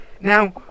now